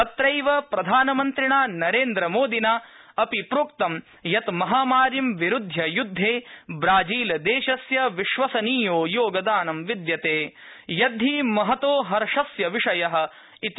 तत्रैव प्रधानमन्त्रिणा नरेन्द्रमोदिनापि प्रोक्तं यत् महामारीं विरुध्य युद्धे ब्राजीलदेशस्य विश्वसनीययोगदानं विद्यते यद्धि महतो हर्षस्य विषयो वर्तते इति